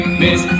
miss